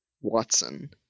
Watson